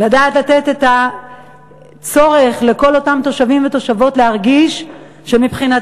לדעת לענות על הצורך של כל אותם תושבים ותושבות להרגיש שמבחינתם